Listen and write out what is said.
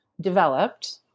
developed